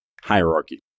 hierarchy